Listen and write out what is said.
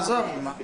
עזוב, מה.